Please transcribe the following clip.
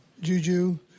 Juju